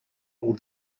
all